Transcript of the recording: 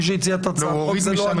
מי שהציע את הצעת החוק הזאת זה לא אני.